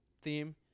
theme